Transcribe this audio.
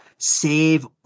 save